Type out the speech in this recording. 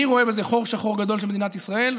אני רואה בזה חור שחור גדול של מדינת ישראל.